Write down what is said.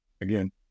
again